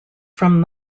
from